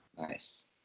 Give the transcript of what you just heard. nice